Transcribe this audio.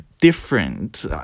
different